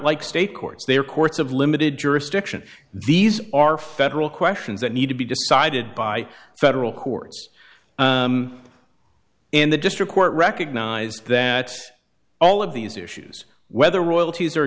like state courts they are courts of limited jurisdiction these are federal questions that need to be decided by federal courts in the district court recognize that all of these issues whether royalties